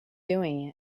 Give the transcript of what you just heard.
doing